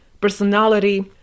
personality